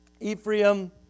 Ephraim